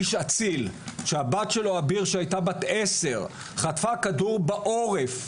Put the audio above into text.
איש אציל שהבת שלו אביר שהייתה בת עשר חטפה כדור בעורף,